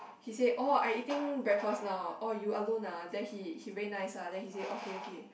he said oh I eating breakfast now orh you alone ah then he he very nice ah then he say okay okay